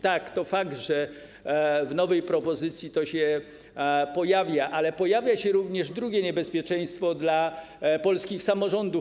Tak, to fakt, że w nowej propozycji to się pojawia, ale pojawia się również drugie niebezpieczeństwo dla polskich samorządów.